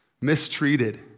mistreated